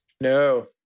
No